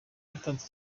yatanze